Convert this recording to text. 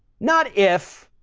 not if,